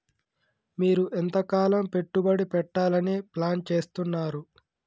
మీరు ఎంతకాలం పెట్టుబడి పెట్టాలని ప్లాన్ చేస్తున్నారు?